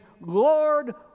Lord